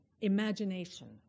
imagination